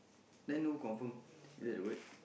then who confirmed is that the word